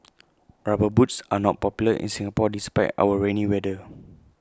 rubber boots are not popular in Singapore despite our rainy weather